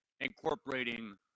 incorporating